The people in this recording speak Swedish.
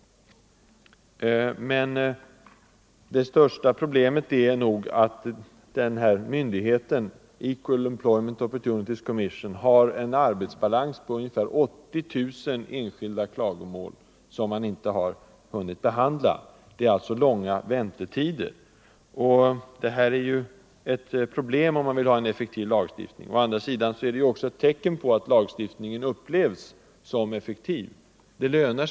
Men det största problemet är nog att den här myndigheten — Equal Employment Opportunities Commission — har en arbetsbalans på ungefär 80 000 enskilda klagomål, som man inte har hunnit behandla. Det är således långa väntetider. Detta är ju ett problem om man vill ha en effektiv lagstiftning. Å andra sidan är det också ett tecken på att lagstiftningen upplevs som Nr 130 användbar.